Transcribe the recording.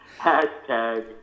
Hashtag